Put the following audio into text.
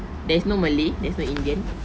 there's no malay there's no indian